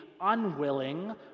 unwilling